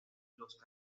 los